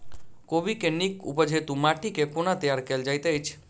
कोबी केँ नीक उपज हेतु माटि केँ कोना तैयार कएल जाइत अछि?